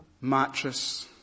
mattress